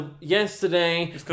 yesterday